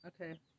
Okay